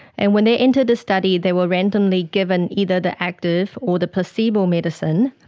and when they entered the study they were randomly given either the active or the placebo medicine,